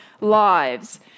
lives